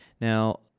now